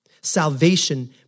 Salvation